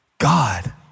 God